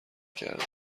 کرده